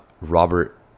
Robert